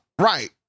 right